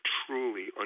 truly